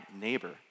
neighbor